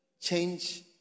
Change